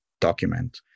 document